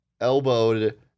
elbowed